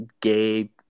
gay